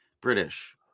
British